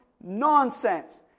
nonsense